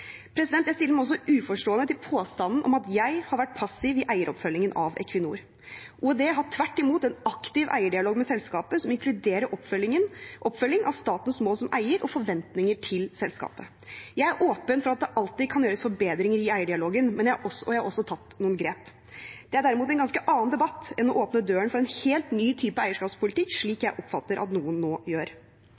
Jeg stiller meg også uforstående til påstanden om at jeg har vært passiv i eieroppfølgingen av Equinor. Olje- og energidepartementet har tvert imot en aktiv eierdialog med selskapet, som inkluderer oppfølging av statens mål som eier og forventninger til selskapet. Jeg er åpen for at det alltid kan gjøres forbedringer i eierdialogen, og jeg har også tatt noen grep. Det er derimot en ganske annen debatt enn å åpne døren for en helt ny type eierskapspolitikk, slik jeg oppfatter at noen nå gjør.